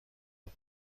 بود